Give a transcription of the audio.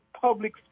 public